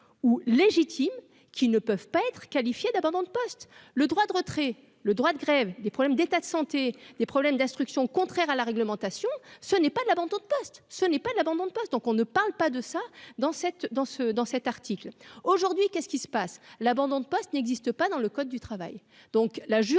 ou légitime, qui ne peuvent pas être qualifiées d'abandon de poste, le droit de retrait, le droit de grève, des problèmes d'état de santé des problèmes d'instructions contraires à la réglementation, ce n'est pas de l'abandon de poste, ce n'est pas de l'abandon de poste, donc on ne parle pas de ça dans cette dans ce dans cet article, aujourd'hui qu'est-ce qui se passe, l'abandon de poste n'existe pas dans le code du travail, donc la jurisprudence